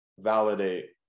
validate